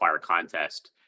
contest